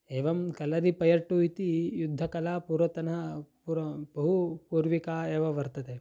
एवं कलरि पयट्टु इति युद्धकला पूर्वतनं पूर्वं बहु पूर्विका एव वर्तते